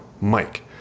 Mike